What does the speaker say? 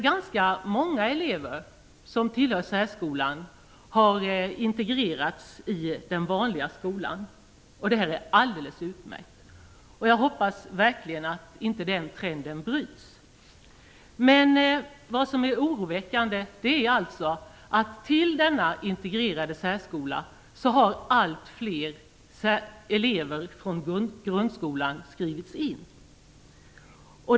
Ganska många elever som tillhör särskolan har integrerats i den vanliga skolan, och detta är alldeles utmärkt. Jag hoppas verkligen att inte den trenden bryts. Men vad som är oroväckande är alltså att till denna integrerade särskola har allt fler elever från grundskolan skrivits in.